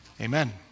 Amen